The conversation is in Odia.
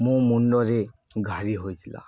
ମୋ ମୁଣ୍ଡରେ ଘାରି ହୋଇଥିଲା